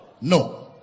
No